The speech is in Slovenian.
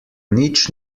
nič